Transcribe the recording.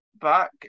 back